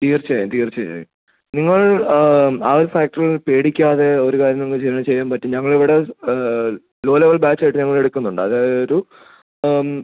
തീർച്ചയായും തീർച്ചയായും നിങ്ങൾ ആ ഒരു ഫാക്ടറിയിൽനിന്ന് പേടിക്കാതെ ഒരു കാര്യം നിങ്ങൾക്ക് ഇത് ചെയ്യാൻ പറ്റും ഞങ്ങൾ ഇവിടെ ലോ ലെവൽ ബാച്ച് ആയിട്ട് ഞങ്ങൾ എടുക്കുന്നുണ്ട് അതായത് ഒരു